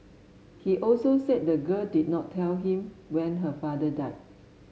he also said the girl did not tell him when her father died